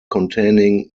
containing